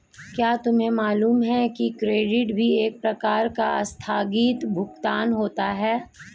क्या तुम्हें मालूम है कि क्रेडिट भी एक प्रकार का आस्थगित भुगतान होता है?